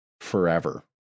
forever